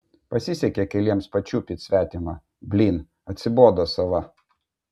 pasisekė keliems pačiupyt svetimą blyn atsibodo sava